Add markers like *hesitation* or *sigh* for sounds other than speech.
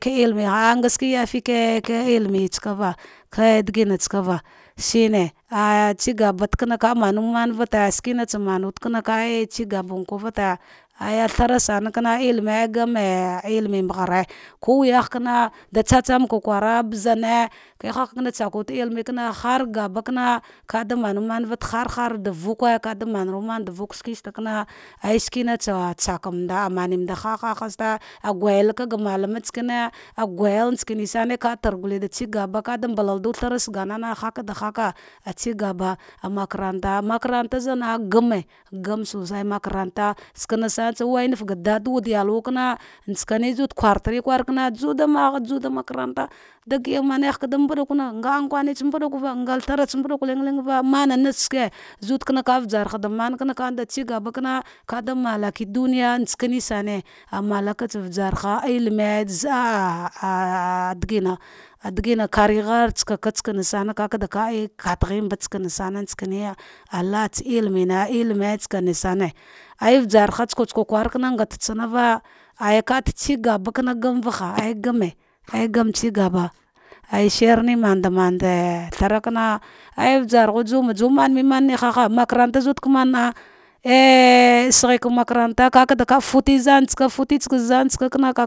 Ka ilumegh ngaske yefika ka ilune tsaua ka ke digna tsava shine al gbada takara ka manumanvete skenatsa manwude eciya ba vate aja thara sana kana lime gane limen ghare ko wuyaid kama, tsatsan kwara ne laha kama tsak har geda kama kada manamavate harharda vukwe kada marunan da vukwe shike ste kama ayishi kina tsa tsamanda manda haha gusal ga malamu skare ah gujal tsareme atargul da cigaba ka da malarda thara saganana hada haka alugaba makaranta, makaranta zana gane game bo jai makaranta tsanan san tsa wainaf gadadaghi kazud kwartari kwar kana duwada makarata da gida manwujaka nga afanitsa mabuduka ngath antsa mbuuk kwata kwata, mansake zadka na ka ujargha da mankana cigabakan kadama hki duniya skane sare ah malaka tsa ujarha. Lime zada ah ah dagina ah dagina kare gha rtsakaka ke katagheme tsauana bama tsamasam tsaiya ah laatitsa ilime, ilime tsame some ajavajan tsanava cigaba koma gami vaga ay game ay game tsigaba aishire mandamanda aithara kana ei vjarghu duwama mane haha, makarata zude *unintelligible* *hesitation* saghakan makaranta kakafate zamu tsaka fatatsa zantsaka kina.